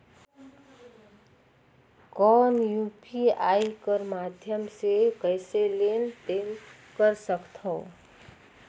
कौन यू.पी.आई कर माध्यम से कइसे लेन देन कर सकथव?